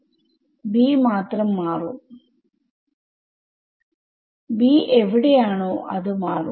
വിദ്യാർത്ഥി b മാത്രം മാറും b എവിടെയാണോ അത് മാറും